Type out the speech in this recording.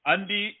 Andi